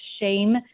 shame